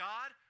God